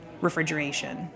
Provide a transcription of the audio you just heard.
refrigeration